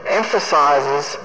emphasizes